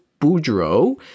Boudreaux